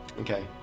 Okay